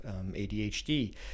ADHD